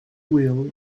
wheel